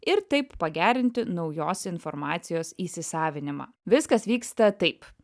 ir taip pagerinti naujos informacijos įsisavinimą viskas vyksta taip